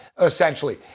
essentially